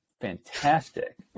fantastic